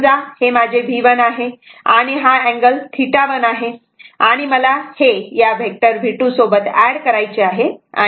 समजा हे माझे V1 आहे आणि हा अँगल θ1 आहे आणि मला हे या वेक्टर V2 सोबत एड करायचे आहे आणि अँगल θ2 दिलेला आहे